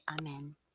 Amen